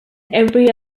every